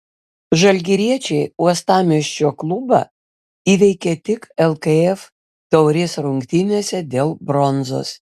žalgiriečiai uostamiesčio klubą įveikė tik lkf taurės rungtynėse dėl bronzos